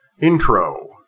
Intro